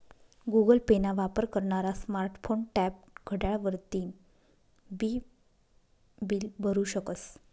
Google pay ना वापर करनारा स्मार्ट फोन, टॅब, घड्याळ वरतीन बी बील भरु शकस